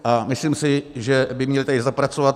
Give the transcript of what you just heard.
A myslím si, že by měli tady zapracovat.